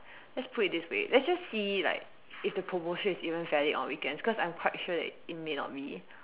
let's put it this way let's just see like if the promotion is even valid on weekends cause I'm quite sure that it may not be